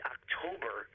October